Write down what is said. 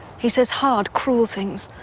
he says hard, cruel things.